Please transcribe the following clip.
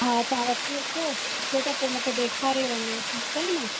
हा तव्हां वठी अचो टिकट पोइ मूंखे ॾेखारे वञो ठीकु आहे न